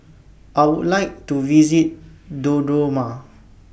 I Would like to visit Dodoma